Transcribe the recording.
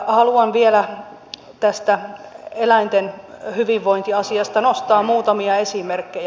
haluan vielä tästä eläinten hyvinvointiasiasta nostaa muutamia esimerkkejä